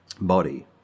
body